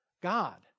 God